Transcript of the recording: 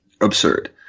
absurd